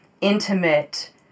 intimate